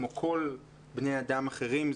כמו כל בני אדם אחרים,